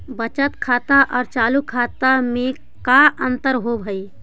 बचत खाता और चालु खाता में का अंतर होव हइ?